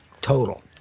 total